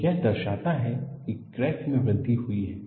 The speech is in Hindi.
तो यह दर्शाता है कि क्रैक में वृद्धि हुई है